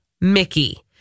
mickey